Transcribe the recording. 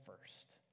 first